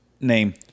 Name